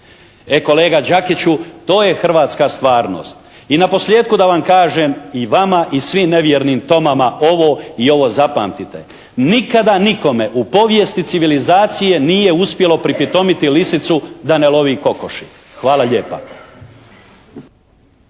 E kolega Đakiću, to je hrvatska stvarnost. I naposljetku da vam kažem i vama i svim nevjernim Tomama ovo i ovo zapamtite. Nikada nikome u povijesti civilizacije nije uspjelo pripitomiti lisicu da ne lovi kokoši. Hvala lijepo.